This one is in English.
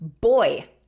boy